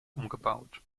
umgebaut